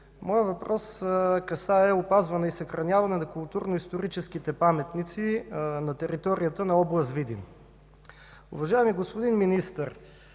Моят въпрос касае опазването и съхраняването на културно-историческите паметници на територията на област Видин. Уважаеми господин Министър,